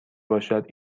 باشد